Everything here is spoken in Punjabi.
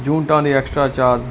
ਯੂਨਿਟਾਂ ਦੇ ਐਕਸਟਰਾ ਚਾਰਜ